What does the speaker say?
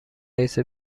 رئیس